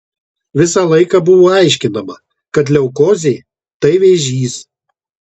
visą laiką buvo aiškinama kad leukozė tai vėžys